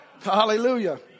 Hallelujah